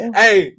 hey